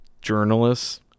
journalists